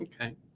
Okay